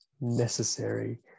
necessary